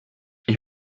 ich